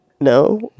No